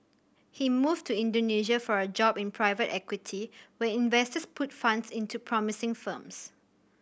he moved to Indonesia for a job in private equity where investors put funds into promising firms